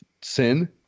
sin